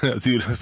Dude